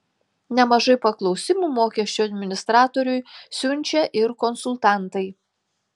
nemažai paklausimų mokesčių administratoriui siunčia ir konsultantai